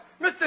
Mr